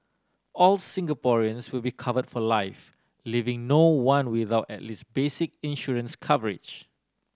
all Singaporeans will be covered for life leaving no one without at least basic insurance coverage